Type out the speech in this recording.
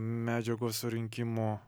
medžiagos surinkimo